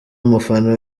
umufana